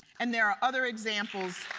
and there are other examples.